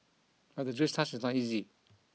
but the jury's task is not easy